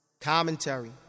Commentary